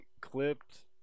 clipped